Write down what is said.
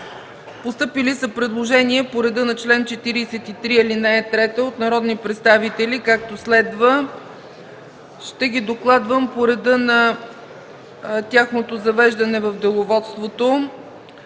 Постъпили са предложения по реда на чл. 43, ал. 3 от народни представители, както следва – ще ги докладвам по реда на тяхното завеждане в Деловодството.